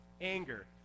Anger